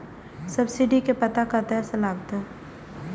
Subsidy के पता कतय से लागत?